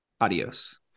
Adios